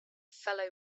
fellow